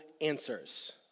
answers